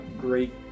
Great